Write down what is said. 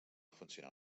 funcionar